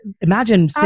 imagine